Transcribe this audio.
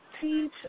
teach